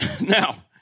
Now